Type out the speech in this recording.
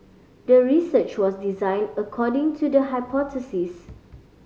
the research was designed according to the hypothesis